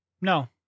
No